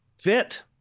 Fit